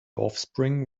offspring